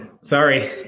Sorry